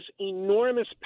enormous